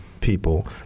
people